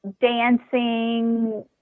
dancing